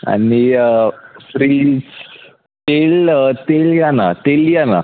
आणि फ्रीज तेल तेल लिहा ना तेल लिहा ना